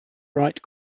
write